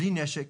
בלי נשק